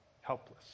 Helpless